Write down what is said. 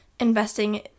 investing